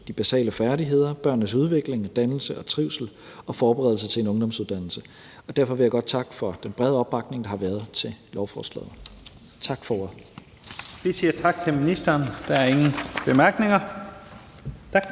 de basale færdigheder, børnenes udvikling, dannelse, trivsel og forberedelse til en ungdomsuddannelse. Derfor vil jeg godt takke for den brede opbakning, der har været til lovforslaget. Tak for ordet. Kl. 13:51 Første næstformand (Leif Lahn